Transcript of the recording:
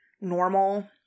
normal